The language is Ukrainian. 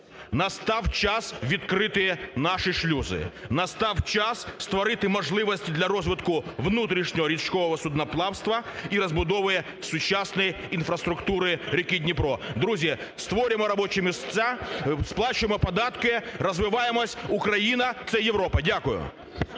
Настав час відкрити наші шлюзи, настав час створити можливості для розвитку внутрішнього річкового судноплавства і розбудови сучасної інфраструктури ріки Дніпро. Друзі, створимо робочі місця, сплачуємо податки, розвиваємося. Україна – це Європа. Дякую.